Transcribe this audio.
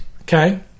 Okay